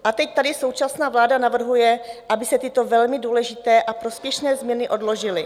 A teď tady současná vláda navrhuje, aby se tyto velmi důležité a prospěšné změny odložily.